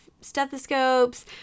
stethoscopes